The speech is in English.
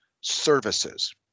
services